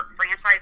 franchise